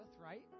right